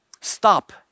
stop